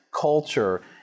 culture